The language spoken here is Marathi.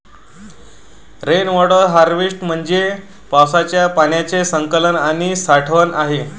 रेन वॉटर हार्वेस्टिंग म्हणजे पावसाच्या पाण्याचे संकलन आणि साठवण आहे